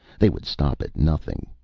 they would stop at nothing.